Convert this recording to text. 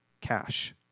cash